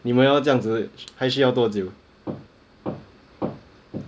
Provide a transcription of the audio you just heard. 你们要这样子还需要多久